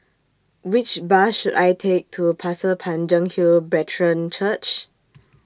Which Bus should I Take to Pasir Panjang Hill Brethren Church